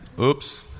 Oops